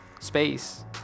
space